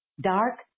dark